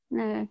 no